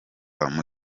seyoboka